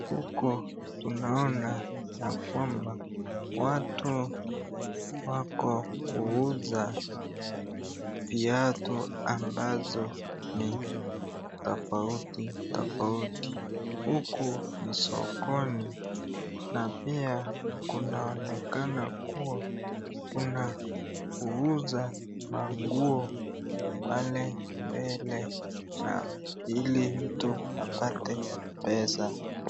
Huku tunaona ya kwamba watu wako kuuza viatu ambazo ni tofauti tofauti. Huku ni sokoni na pia kunaonekana kuwa kuna kuuza manguo pald mbele na ili mtu apate pesa.